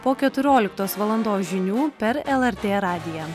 po keturioliktos valandos žinių per lrt radiją